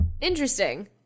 Interesting